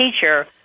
teacher